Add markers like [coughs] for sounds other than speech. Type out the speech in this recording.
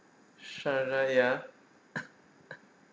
ya [coughs]